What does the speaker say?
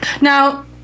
Now